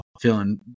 feeling